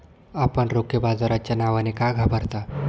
आपण रोखे बाजाराच्या नावाने का घाबरता?